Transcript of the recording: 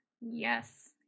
Yes